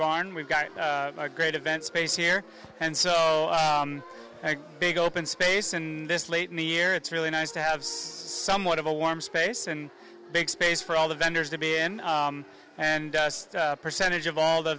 barn we've got a great event space here and so big open space in this late in the year it's really nice to have somewhat of a warm space and big space for all the vendors to be in and percentage of all the